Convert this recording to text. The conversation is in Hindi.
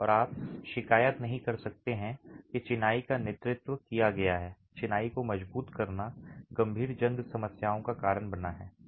और आप शिकायत नहीं कर सकते हैं कि चिनाई का नेतृत्व किया गया है चिनाई को मजबूत करना गंभीर जंग समस्याओं का कारण बना है